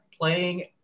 playing